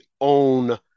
own